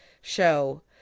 show